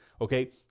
Okay